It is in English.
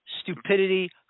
stupidity